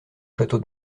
château